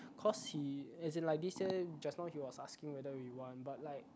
cause he as in like this year just now he was asking whether we want but like